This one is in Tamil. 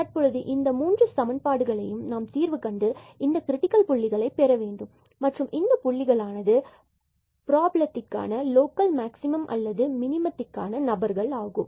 தற்பொழுது இந்த மூன்று சமன்பாடுகளை நாம் தீர்வு கண்டு இந்த கிரிடிக்கல் புள்ளிகளை பெற வேண்டும் மற்றும் இந்த புள்ளிகள் ஆனது கொடுக்கப்பட்ட ப்ராப்லமான லோக்கல் மேக்ஸிமம் அல்லது மினிமத்திக்கான நபர்கள் ஆகும்